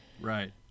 right